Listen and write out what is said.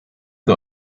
the